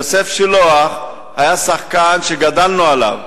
יוסף שילוח היה שחקן שגדלנו עליו,